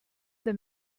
that